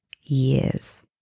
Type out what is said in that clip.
years